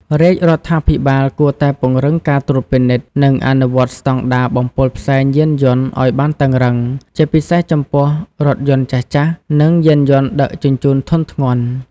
រាជរដ្ឋាភិបាលគួរតែពង្រឹងការត្រួតពិនិត្យ និងអនុវត្តស្តង់ដារបំពុលផ្សែងយានយន្តឱ្យបានតឹងរ៉ឹង ជាពិសេសចំពោះរថយន្តចាស់ៗ និងយានយន្តដឹកជញ្ជូនធុនធ្ងន់។